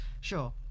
Sure